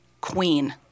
Queen